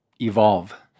evolve